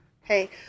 Hey